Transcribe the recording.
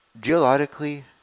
geologically